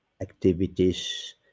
activities